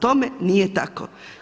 Tome nije tako.